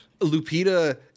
lupita